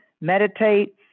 meditate